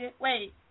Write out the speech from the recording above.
Wait